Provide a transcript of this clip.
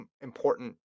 important